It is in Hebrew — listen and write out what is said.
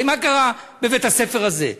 הרי מה קרה בבית-הספר הזה?